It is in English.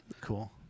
cool